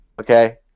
okay